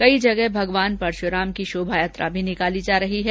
कई जगह भगवान परशुराम की शोभायात्रा भी निकाली जा रही है